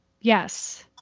yes